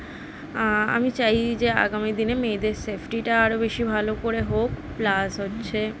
আমি চাই যে আগামী দিনে মেয়েদের সেফটিটা আরো বেশি ভালো করে হোক প্লাস হচ্ছে